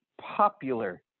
popular